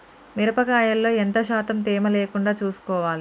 మిరప కాయల్లో ఎంత శాతం తేమ లేకుండా చూసుకోవాలి?